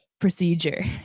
procedure